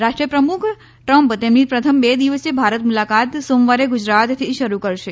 રાષ્ટ્રપ્રમુખ ટ્રમ્પ તેમની પ્રથમ બે દિવસીય ભારત મુલાકાત સોમવારે ગુજરાતથી શરૂ કરશે